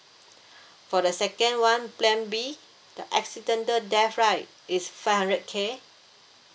for the second one plan B the accidental death right is five hundred K